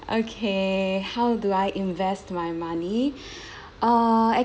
okay how do I invest my money uh